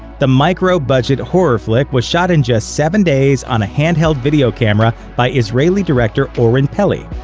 the micro-budget horror flick was shot in just seven days on a handheld video camera by israeli director oren peli,